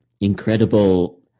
incredible